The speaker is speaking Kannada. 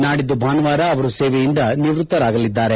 ನಾಡಿದ್ದು ಭಾನುವಾರ ಅವರು ಸೇವೆಯಿಂದ ನಿವೃತ್ತರಾಗಲಿದ್ದಾರೆ